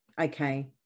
okay